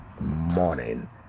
morning